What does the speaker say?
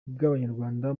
bw’abanyarwanda